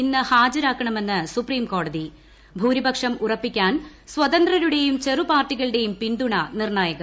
ഇന്ന് ഹാജരാക്കണമെന്ന് സുപ്രീംകോടതി ഭൂരിപക്ഷം ഉറപ്പിക്കാൻ സ്വതന്ത്രുടെയും ചെറു പാർട്ടികളുടെയും പിന്തുണ നിർണ്ണായകം